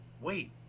wait